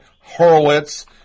Horowitz